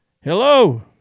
Hello